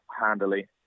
handily